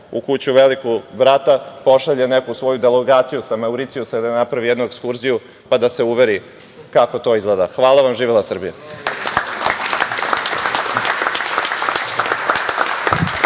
u kuću Velikog brata pošalje neku svoju delegaciju sa Mauricijusa ili napravi jednu ekskurziju, pa da se uveri kako to izgleda. Hvala. Živela Srbija.